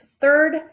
third